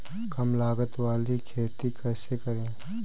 कम लागत वाली खेती कैसे करें?